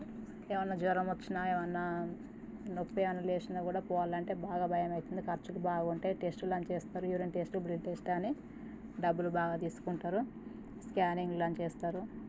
ఏవైన్నా జ్వరం వచ్చినా ఏవైన్నా నొప్పి అని లేచినా కూడా పోవాలంటే బాగా భయం అవుతుంది ఖర్చులు బాగుంటాయి టెస్టులని చేస్తారు యూరిన్ టెస్ట్ బ్లడ్ టెస్ట్ అని డబ్బులు బాగా తీసుకుంటారు స్కానింగ్లని చేస్తారు